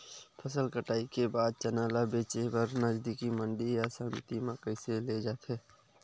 फसल कटाई के बाद चना ला बेचे बर नजदीकी मंडी या समिति मा कइसे ले जाथे?